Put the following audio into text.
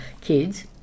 kids